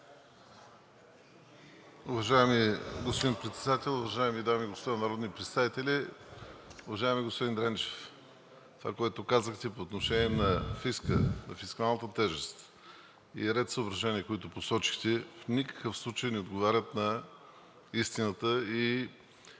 Уважаеми господин Председател, уважаеми дами и господа народни представители! Уважаеми господин Дренчев, това, което казахте по отношение на фиска, на фискалната тежест и ред съображения, които посочихте, в никакъв случай не отговарят на истината и